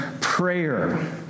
prayer